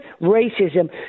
racism